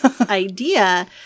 idea